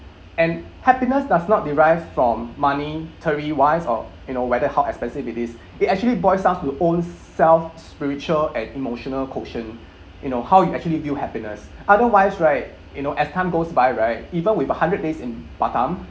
and happiness does not derive from monetary wise or you know whether how expensive it is it actually boils down to own self spiritual and emotional quotient you know how you actually view happiness otherwise right you know as time goes by right even with a hundred days in batam